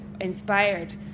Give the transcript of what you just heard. inspired